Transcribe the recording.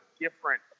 different